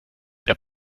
der